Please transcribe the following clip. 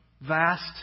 vast